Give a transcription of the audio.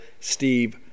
Steve